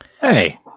Hey